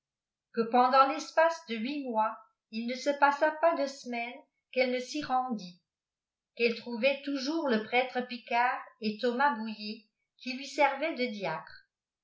que pendant tespace dehliit mois il ne se passa pas de semaine qu'elle ne s'y rendit qu'elle trouvait toujours le prêtre picard et thomas boullé qui lui servait de diacre